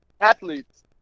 athletes